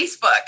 Facebook